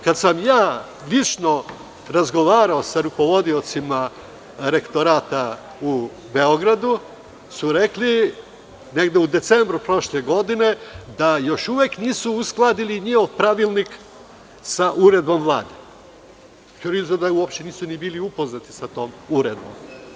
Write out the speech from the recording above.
Kada sam lično razgovarao sa rukovodiocima rektorata u Beogradu, rekli su, negde u decembru prošle godine, da još uvek nisu uskladili njihov pravilnik sa uredbom Vlade ili nisu bili upoznati sa tom uredbom.